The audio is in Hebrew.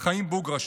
חיים בוגרשוב,